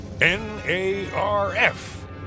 N-A-R-F